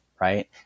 right